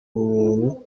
bumuntu